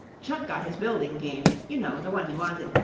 chuck got his building game you know, the one he wanted,